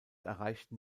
erreichten